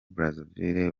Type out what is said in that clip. brazaville